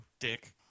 dick